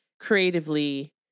creatively